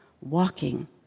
walking